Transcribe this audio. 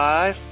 Five